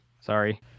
Sorry